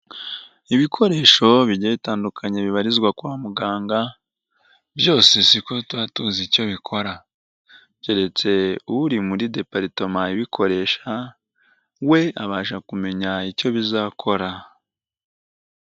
Ibikoresho bigiye bitandukanye bibarizwa kwa muganga byose si ko tuba tuzi icyo bikora, keretse uri muri deparitoma ibikoresha we abasha kumenya icyo bizakora.